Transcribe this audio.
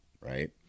right